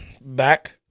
back